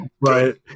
right